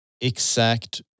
exact